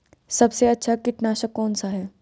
सबसे अच्छा कीटनाशक कौन सा है?